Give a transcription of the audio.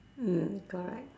mm correct